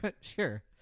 Sure